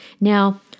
Now